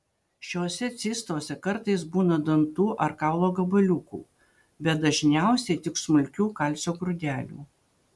šiose cistose kartais būna dantų ar kaulo gabaliukų bet dažniausiai tik smulkių kalcio grūdelių